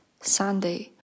Sunday